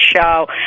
show